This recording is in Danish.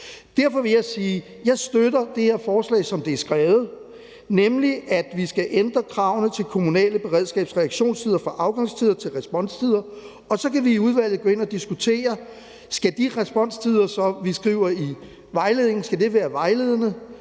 Derfor vil jeg sige, at jeg støtter det her forslag, som det er skrevet, nemlig at vi skal ændre kravene til kommunale beredskabers reaktionstider fra afgangstider til responstider, og så kan vi i udvalget gå ind og diskutere, om de responstider, vi skriver ind i vejledningen, skal være vejledende,